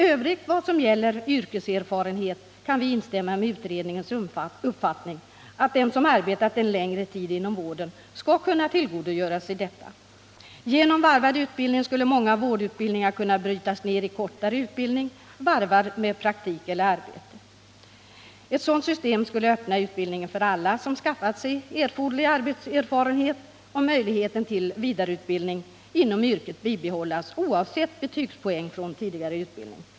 När det i övrigt gäller yrkeserfarenhet kan vi instämma i utredningens uppfattning, att den som arbetat en längre tid inom vården skall kunna tillgodoräkna sig detta. Genom varvad utbildning skulle många vårdutbildningar kunna brytas ner i kortare utbildning, varvad med praktik eller arbete. Ett sådant system skulle öppna utbildningen för alla som skaffat sig erforderlig arbetserfarenhet, och möjligheten till vidareutbildning inom yrket skulle bibehållas oavsett betygspoäng från tidigare utbildning.